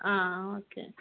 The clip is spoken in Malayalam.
ആ ഓക്കെ